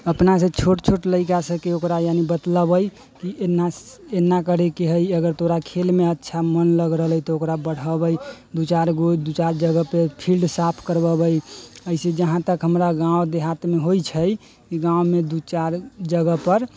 अपनासँ छोट छोट लड़िका सबके ओकरा यानि बतलेबे की एना एना करैके हय अगर तोरा खेलमे अच्छा मोन लग रहलै तऽ ओकरा बढ़ऽबै दू चारि गो दू चारि जगहपर फील्ड साफ करबेबै अइसँ जहाँ तक हमरा गाँव देहातमे होइ छै गाँवमे दू चारि जगहपर